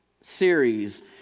series